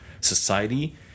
society